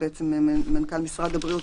מנכ"ל משרד הבריאות,